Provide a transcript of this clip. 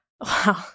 wow